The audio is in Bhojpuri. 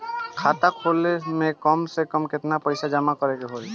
खाता खोले में कम से कम केतना पइसा जमा करे के होई?